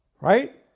right